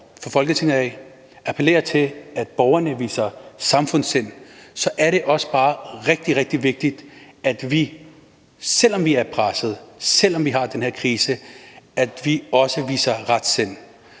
fra Folketingets side appellerer til, at borgerne viser samfundssind, så også bare er rigtig, rigtig vigtigt, at vi, selv om vi er presset, selv om vi har den her krise, også viser retsind.